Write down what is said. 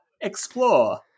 explore